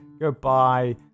Goodbye